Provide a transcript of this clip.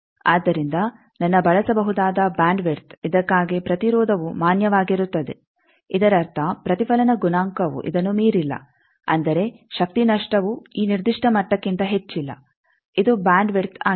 ಆದ್ದರಿಂದ ನನ್ನ ಬಳಸಬಹುದಾದ ಬ್ಯಾಂಡ್ ವಿಡ್ತ್ ಇದಕ್ಕಾಗಿ ಪ್ರತಿರೋಧವು ಮಾನ್ಯವಾಗಿರುತ್ತದೆ ಇದರರ್ಥ ಪ್ರತಿಫಲನ ಗುಣಾಂಕವು ಇದನ್ನು ಮೀರಿಲ್ಲ ಅಂದರೆ ಶಕ್ತಿ ನಷ್ಟವೂ ಈ ನಿರ್ದಿಷ್ಟ ಮಟ್ಟಕ್ಕಿಂತ ಹೆಚ್ಚಿಲ್ಲ ಇದು ಬ್ಯಾಂಡ್ ವಿಡ್ತ್ ಆಗಿದೆ